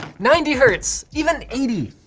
ninety hertz, even eighty,